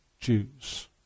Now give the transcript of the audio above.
Jews